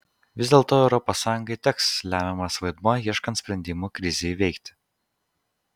vis dėlto europos sąjungai teks lemiamas vaidmuo ieškant sprendimų krizei įveikti